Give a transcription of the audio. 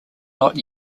not